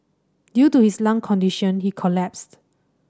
due to his lung condition he collapsed